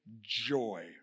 joy